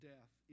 Death